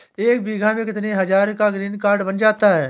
एक बीघा में कितनी हज़ार का ग्रीनकार्ड बन जाता है?